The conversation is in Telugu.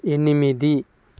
ఎనిమిది